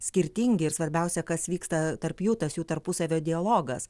skirtingi ir svarbiausia kas vyksta tarp jų tas jų tarpusavio dialogas